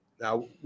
Now